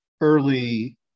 early